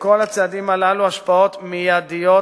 לכל הצעדים הללו השפעות מיידיות,